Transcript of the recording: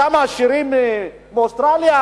אותם עשירים מאוסטרליה?